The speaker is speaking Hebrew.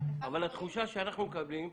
אבל התחושה שאנחנו מקבלים,